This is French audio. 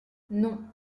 non